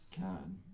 God